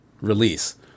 release